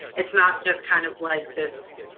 it's not just kind of like this.